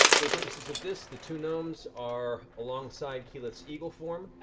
for the purposes of this, the two gnomes are alongside keyleth's eagle form.